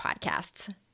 podcasts